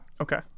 Okay